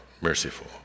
merciful